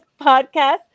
podcast